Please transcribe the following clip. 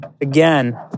again